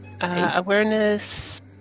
Awareness